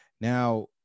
Now